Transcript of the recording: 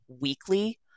weekly